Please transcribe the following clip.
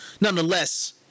Nonetheless